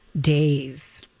days